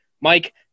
Mike